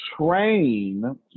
train